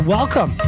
Welcome